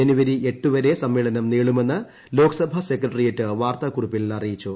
ജനുവരി എട്ട് വരെ സമ്മേളനം നീളുമെന്ന് ലോക്സഭാ സെക്രട്ടറിയേറ്റ് വാർത്താക്കുറിപ്പിൽ അറിയിച്ചു